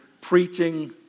preaching